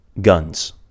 guns